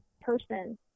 person